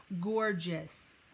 gorgeous